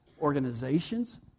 organizations